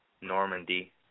Normandy